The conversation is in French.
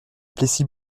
plessis